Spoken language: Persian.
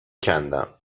کندم